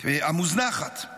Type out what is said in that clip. והמוזנחת,